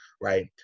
right